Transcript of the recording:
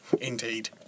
indeed